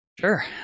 Sure